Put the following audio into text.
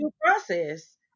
process